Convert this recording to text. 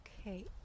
Okay